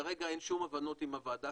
כרגע אין שום הבנות עם הוועדה,